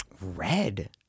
Red